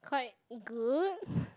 quite good